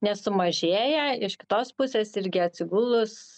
nesumažėja iš kitos pusės irgi atsigulus